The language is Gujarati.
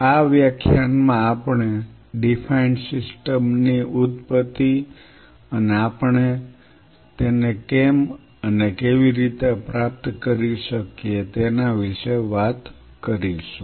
આ વ્યાખ્યાન માં આપણે ડીફાઈન્ડ સિસ્ટમ ની ઉત્પત્તિ અને આપણે તેને કેમ અને કેવી રીતે પ્રાપ્ત કરી શકીએ તેના વિશે વાત કરીશું